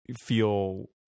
feel